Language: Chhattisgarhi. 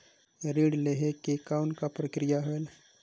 ऋण लहे के कौन का प्रक्रिया होयल?